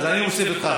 אני מוסיף אותך,